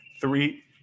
three